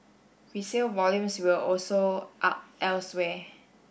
resale volumes were also up elsewhere